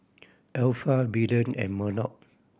Alpha Belen and Murdock